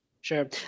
Sure